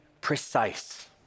precise